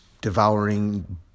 Devouring